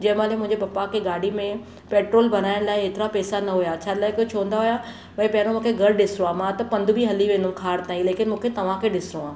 जंहिं महिल मुंहिंजे पप्पा खे गाॾी में पेट्रोल भराइण लाइ हेतिरा पेसा न हुया छाजे लाइ कि हू चवंदा हुया भई पहिरों मूंखे घर ॾिसणो आहे मां त पंध बि हली वेंदुमि खार ताई लेकिन मूंखे तव्हांखे ॾिसणो आहे